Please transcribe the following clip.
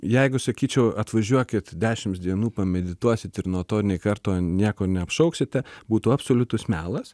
jeigu sakyčiau atvažiuokit dešimts dienų pamedituosit ir nuo to nei karto nieko neapšauksite būtų absoliutus melas